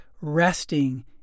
resting